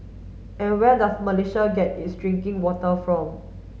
and where does Malaysia get its drinking water from